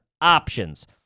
options